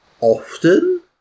often